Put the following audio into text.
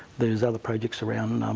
there's other projects around.